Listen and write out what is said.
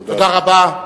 תודה רבה.